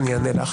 אני אענה לך.